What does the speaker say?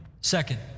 second